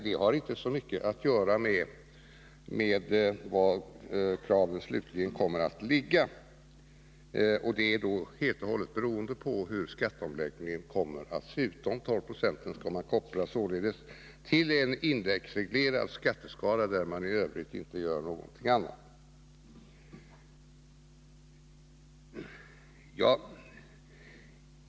Det har inte så mycket att göra med var kraven slutligen kommer att ligga, vilket helt och hållet beror på hur skatteomläggningen kommer att se ut. De 12 96 skall således kopplas till en indexreglerad skatteskala, varvid man f. ö. inte gör någonting.